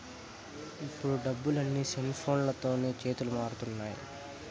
ఇప్పుడు డబ్బులు అన్నీ సెల్ఫోన్లతోనే చేతులు మారుతున్నాయి